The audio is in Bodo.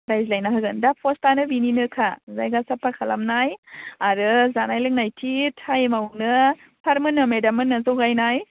रायज्लायना होगोन दा पस्टआनो बिनिनोखा जायगा साफा खालामनाय आरो जानाय लोंनाय थि टाइमावनो सारमोननो मेदाममोननो जगायनाय